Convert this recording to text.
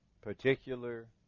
particular